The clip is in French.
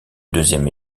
deuxième